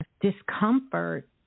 discomfort